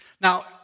Now